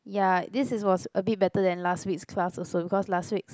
ya this is was a bit better than last week's class also because last week's